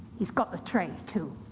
he's got the tray, too.